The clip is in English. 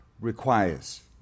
requires